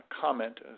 comment